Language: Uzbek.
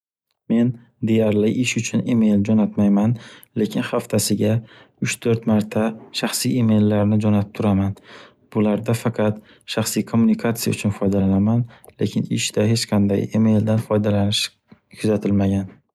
Men deyarli ish uchun email jo'natmayman, lekin haftasiga uch-to'rt marta shaxsiy emaillarni jo'natib turaman. Bularda faqat shaxsiy kommunikatsiya uchun foydalanaman, lekin ishda hech qanday emaildan foydalanish kuzatilmagan.